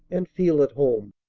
and feel at home.